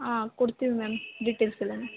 ಹಾಂ ಕೊಡ್ತಿವಿ ma'am details ಎಲ್ಲಾ